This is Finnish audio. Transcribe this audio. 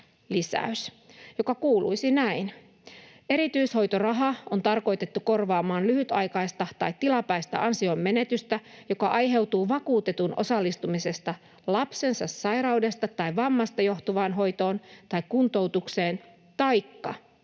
joka kuuluisi näin: ”Erityishoitoraha on tarkoitettu korvaamaan lyhytaikaista tai tilapäistä ansionmenetystä, joka aiheutuu vakuutetun osallistumisesta lapsensa sairaudesta tai vammasta johtuvaan hoitoon tai kuntoutukseen taikka